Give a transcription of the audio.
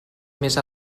més